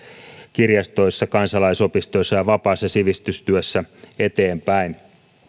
kirjastoissa kansalais opistoissa ja vapaassa sivistystyössä eteenpäin